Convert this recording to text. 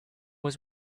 was